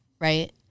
right